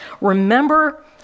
Remember